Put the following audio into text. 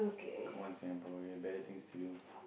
come on Singaporean better things to do